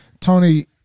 Tony